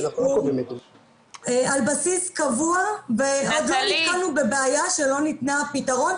הוא על בסיס קבוע ועוד לא נתקלנו בבעיה שלא ניתן לה פתרון,